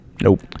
Nope